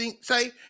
say